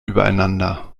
übereinander